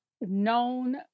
known